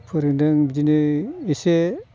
फोरोंदों बिदिनो एसे